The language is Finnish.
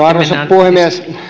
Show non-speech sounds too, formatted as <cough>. <unintelligible> arvoisa puhemies